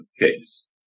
case